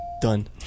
done